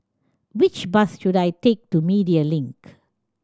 which bus should I take to Media Link